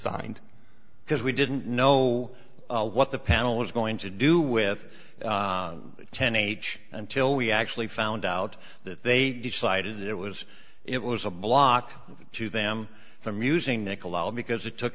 signed because we didn't know what the panel is going to do with ten h until we actually found out that they decided it was it was a block to them from using nikolaus because it took